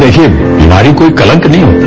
देखिए बीमारी कोई कलंक नहीं होती